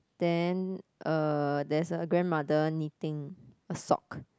then uh there's a grandmother knitting a sock